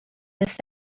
miss